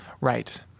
Right